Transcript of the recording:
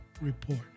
Report